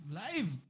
live